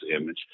image